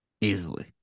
easily